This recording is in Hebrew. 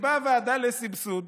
נקבע ועדה לסבסוד